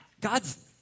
God's